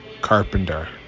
carpenter